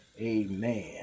amen